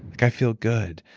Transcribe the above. i feel good.